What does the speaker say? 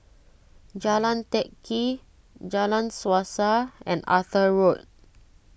Jalan Teck Kee Jalan Suasa and Arthur Road